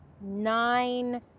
nine